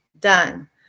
Done